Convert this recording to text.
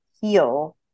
heal